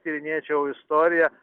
tyrinėčiau istoriją